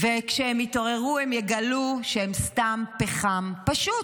וכשהם יתעוררו, הם יגלו שהם סתם פחם פשוט.